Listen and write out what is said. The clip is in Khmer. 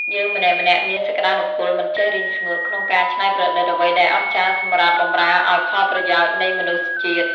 យើងម្នាក់ៗមានសក្តានុពលមិនចេះរីងស្ងួតក្នុងការច្នៃប្រឌិតអ្វីដែលអស្ចារ្យសម្រាប់បម្រើឱ្យផលប្រយោជន៍នៃមនុស្សជាតិ។